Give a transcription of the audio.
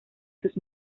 sus